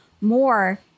more